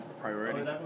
priority